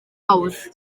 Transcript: hawdd